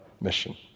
mission